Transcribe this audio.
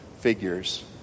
figures